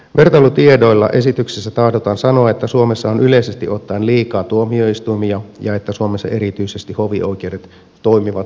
vertailutiedoilla esityksessä tahdotaan sanoa että suomessa on yleisesti ottaen liikaa tuomioistuimia ja että suomessa erityisesti hovioikeudet toimivat tehottomasti